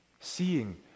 seeing